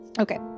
Okay